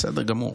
בסדר גמור.